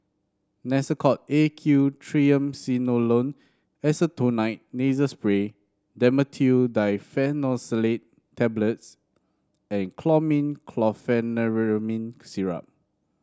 Nasacort A Q Triamcinolone Acetonide Nasal Spray Dhamotil Diphenoxylate Tablets and Chlormine Chlorpheniramine Syrup